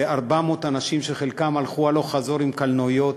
זה 400 אנשים שחלקם הלכו הלוך-חזור עם קלנועיות,